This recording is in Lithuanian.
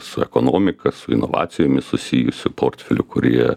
su ekonomika su inovacijomis susijusių portfelių kurie